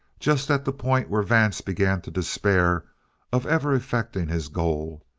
just at the point where vance began to despair of ever effecting his goal,